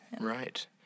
Right